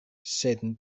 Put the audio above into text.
sed